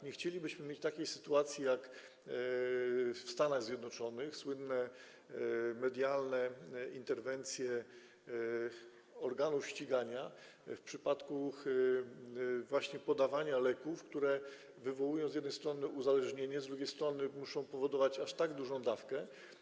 Nie chcielibyśmy mieć takiej sytuacji jak w Stanach Zjednoczonych - słynne medialne interwencje organów ścigania w przypadku właśnie podawania leków, które z jednej strony wywołują uzależnienie, a z drugiej strony muszą być podawane w aż tak dużej dawce.